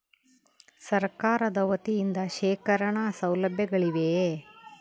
ಸರಕಾರದ ವತಿಯಿಂದ ಶೇಖರಣ ಸೌಲಭ್ಯಗಳಿವೆಯೇ?